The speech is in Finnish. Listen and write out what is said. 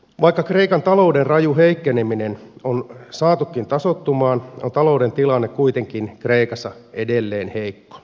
vaikka kreikan talouden raju heikkeneminen on saatukin tasoittumaan on talouden tilanne kuitenkin kreikassa edelleen heikko